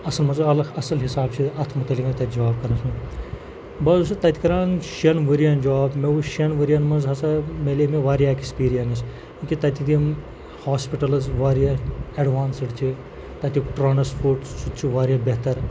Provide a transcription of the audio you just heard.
اَصٕل مانٛ ژٕ الگ اَصٕل حِساب چھِ اَتھ متعلق تَتہِ جاب کَرنَس منٛز بہٕ حظ اوسُس تَتہِ کَران شٮ۪ن ؤریَن جاب تہٕ وٕچھ شٮ۪ن ؤریَن منٛز ہَسا ملے مےٚ واریاہ ایکسپیٖرَنٕس کیونکہ تَتہِ یِم ہاسپِٹَلٕز واریاہ ایڈوانسٕڈ چھِ تَتیُٚک ٹرٛانسپوٹ سُہ تہِ چھُ واریاہ بہتر